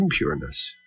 impureness